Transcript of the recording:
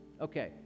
Okay